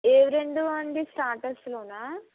ఏ రెండూ అండి స్టార్టర్స్లోనా